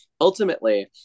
ultimately